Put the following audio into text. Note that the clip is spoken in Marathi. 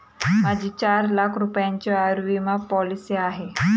माझी चार लाख रुपयांची आयुर्विमा पॉलिसी आहे